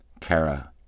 Kara